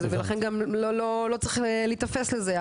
ולכן גם לא צריך להיתפס לזה,